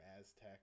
Aztec